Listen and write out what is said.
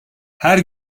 her